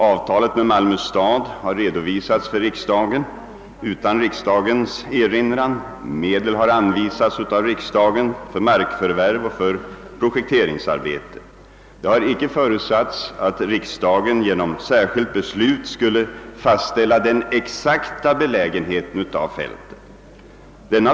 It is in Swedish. Avtalet med Malmö stad' har redovisats för riksdagen, utan att riksdagen gjort någon erinran, och medel har anvisats av riksdagen för markförvärv och projekteringsarbete. Det har icke förutsatts att riksdagen genom särskilt beslut skulle fastställa den exakta belägenheten av fältet.